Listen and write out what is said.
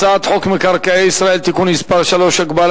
הצעת חוק מקרקעי ישראל (תיקון מס' 3) (הגבלה